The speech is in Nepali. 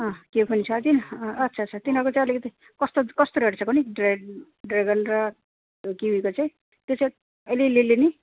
त्यो पनि छ त्यहाँ अच्छा अच्छा तिनीहरूको चाहिँ अलिकति कस्तो कस्तो रेट छ कुन्नि ड्रेग ड्रेगन र किवीको चाहिँ त्यो चाहिँ अहिले ले लिने